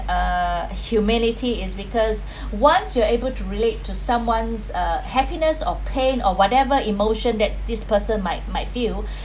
uh humility is because once you are able to relate to someone's uh happiness or pain or whatever emotion that this person might might feel